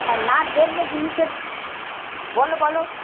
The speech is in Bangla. হ্যাঁ না দেখলে জিনিসের বলো বলো